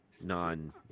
non